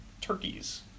turkeys